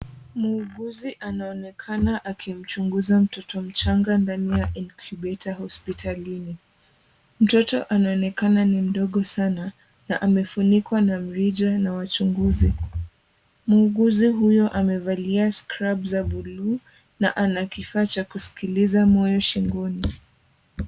Muuguzi anaonekana akimchunguza mtoto mchanga ndani ya inkyubeta hospitali. Mtoto anaonekana ni mdogo sana na amefunikwa na mrija na wachunguzi. Muuguzi huyo amevalia scrubs za buluu na ana kifaa za kusikiliza moyo shingoni.